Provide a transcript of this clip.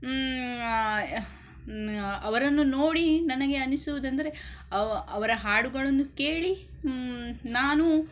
ಅವರನ್ನು ನೋಡಿ ನನಗೆ ಅನ್ನಿಸುವುದೆಂದರೆ ಅವ ಅವರ ಹಾಡುಗಳನ್ನು ಕೇಳಿ ನಾನು